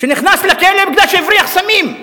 שנכנס לכלא בגלל שהבריח סמים.